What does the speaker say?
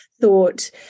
thought